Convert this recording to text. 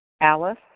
Alice